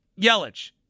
Yelich